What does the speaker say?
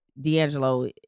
D'Angelo